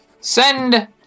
Send